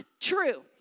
true